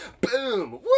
boom